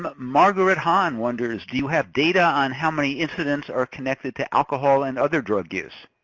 margaret hahn wonders, do you have data on how many incidents are connected to alcohol and other drug use?